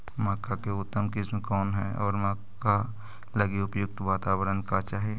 मक्का की उतम किस्म कौन है और मक्का लागि उपयुक्त बाताबरण का चाही?